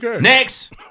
Next